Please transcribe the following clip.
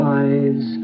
eyes